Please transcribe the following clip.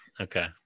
okay